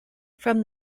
from